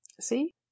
See